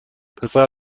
پسر